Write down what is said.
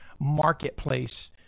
marketplace